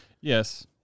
Yes